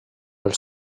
els